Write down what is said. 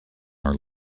are